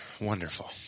Wonderful